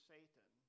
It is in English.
Satan